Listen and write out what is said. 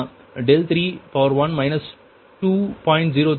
03 degree V1 அளவு என்பது 1